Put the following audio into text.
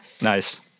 Nice